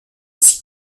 six